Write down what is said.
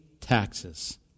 taxes